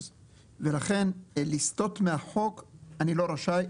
ולכן לסטות מהחוק אני לא רשאי,